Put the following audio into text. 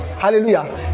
hallelujah